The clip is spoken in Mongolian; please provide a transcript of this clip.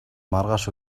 маргааш